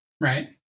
Right